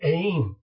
aim